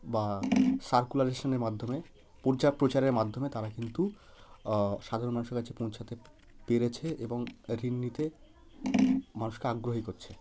বা সার্কুরালেশানের মাধ্যমে প্রচারের মাধ্যমে তারা কিন্তু সাধারণ মানুষের কাছে পৌঁছাতে পেরেছে এবং ঋণ নিতে মানুষকে আগ্রহী করছে